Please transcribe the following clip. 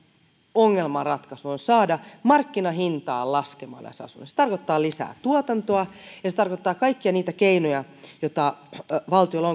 ongelmaan ratkaisu on saada asumisen markkinahintaa laskemaan se tarkoittaa lisää tuotantoa ja se tarkoittaa kaikkia niitä keinoja joita valtiolla